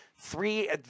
three